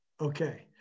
Okay